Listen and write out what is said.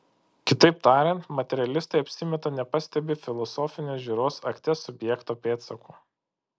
kitaip tariant materialistai apsimeta nepastebį filosofinės žiūros akte subjekto pėdsakų